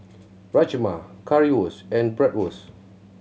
Rajma Currywurst and Bratwurst